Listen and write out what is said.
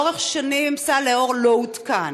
לאורך שנים סל לאור לא עודכן.